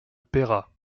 paiera